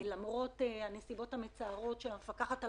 למרות הנסיבות המצערות של המפקחת על